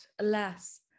alas